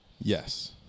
Yes